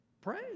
pray